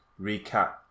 recap